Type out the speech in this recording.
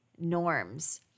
norms